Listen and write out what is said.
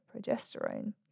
progesterone